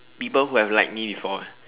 people who have liked me before eh